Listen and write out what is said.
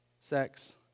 sex